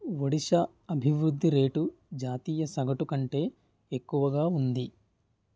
ఒడిశా అభివృద్ధి రేటు జాతీయ సగటు కంటే ఎక్కువగా ఉంది